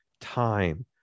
time